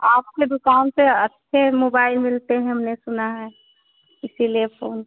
आपके दुकान पर अच्छे मोबाइल मिलते हैं हमने सुना है इसीलिए फ़ोन